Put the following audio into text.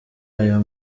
ayo